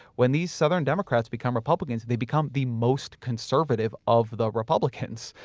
when these southern democrats become republicans, they become the most conservative of the republicans.